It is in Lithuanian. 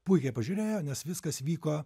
puikiai pažiūrėjo nes viskas vyko